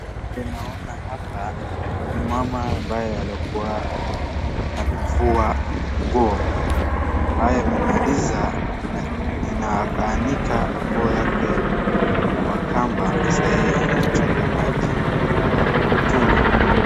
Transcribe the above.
Inaona hapa ni mama ambaye aliyekuwa anafua nguo awe amemaliza na akaniika nguo yake kwa kamba sai anachota maji kwa tungi.